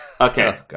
okay